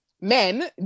men